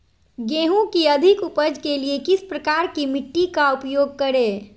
गेंहू की अधिक उपज के लिए किस प्रकार की मिट्टी का उपयोग करे?